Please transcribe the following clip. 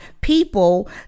people